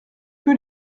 peu